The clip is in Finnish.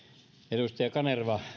edustaja kanerva